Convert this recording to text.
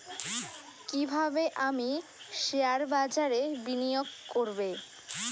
কিভাবে আমি শেয়ারবাজারে বিনিয়োগ করবে?